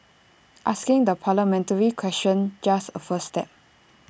asking the parliamentary question just A first step